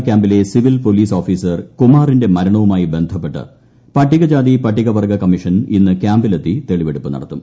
ക്യാമ്പിലെ civil police officer കുമാറിന്റെ മരണവുമായി ബന്ധപ്പെട്ട് പട്ടികജാതി പട്ടിക വർഗ്ഗ കമ്മീഷൻ ഇന്ന് ക്യാമ്പിലെത്തി തെളിവെടുപ്പ് നടത്തും